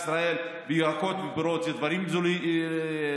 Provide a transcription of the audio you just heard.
וירקות ופירות הם דברים בריאים,